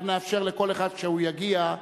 אנחנו נאפשר לכל אחד כשהוא יגיע,